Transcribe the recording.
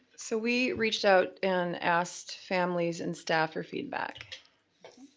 so we reached out and asked families and staff for feedback.